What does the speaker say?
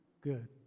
Good